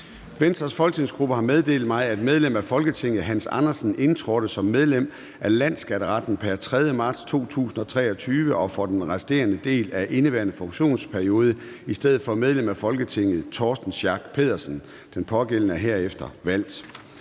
Venstres folketingsgruppe har meddelt mig, at medlem af Folketinget Hans Andersen indtrådte som medlem af Landsskatteretten pr. 3. marts 2023 og for den resterende del af indeværende funktionsperiode i stedet for medlem af Folketinget Torsten Schack Pedersen. Den pågældende er herefter valgt.